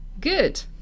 Good